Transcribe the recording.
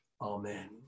Amen